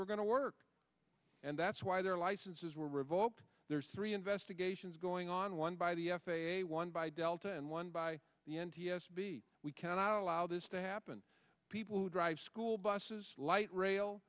were going to work and that's why their licenses were revoked there's three investigations going on one by the f a a one by delta and one by the n t s b we cannot allow this to happen people who drive school buses light rail